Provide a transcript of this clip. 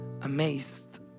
amazed